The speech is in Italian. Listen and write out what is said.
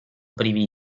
privi